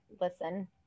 listen